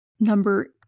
number